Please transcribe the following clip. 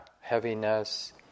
heaviness